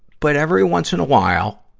but every once in a while,